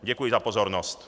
Děkuji za pozornost.